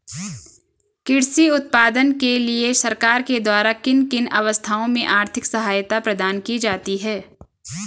कृषि उत्पादन के लिए सरकार के द्वारा किन किन अवस्थाओं में आर्थिक सहायता प्रदान की जाती है?